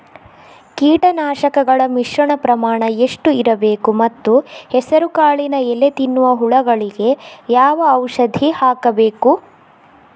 ಕೀಟನಾಶಕಗಳ ಮಿಶ್ರಣ ಪ್ರಮಾಣ ಎಷ್ಟು ಇರಬೇಕು ಮತ್ತು ಹೆಸರುಕಾಳಿನ ಎಲೆ ತಿನ್ನುವ ಹುಳಗಳಿಗೆ ಯಾವ ಔಷಧಿ ಹಾಕಬೇಕು?